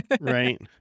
Right